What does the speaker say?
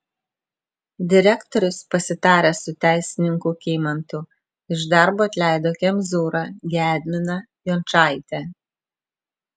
direktorius pasitaręs su teisininku kymantu iš darbo atleido kemzūrą gedminą jončaitę